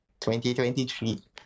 2023